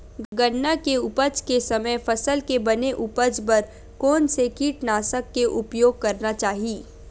गन्ना के उपज के समय फसल के बने उपज बर कोन से कीटनाशक के उपयोग करना चाहि?